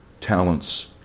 talents